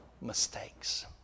mistakes